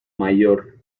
mayor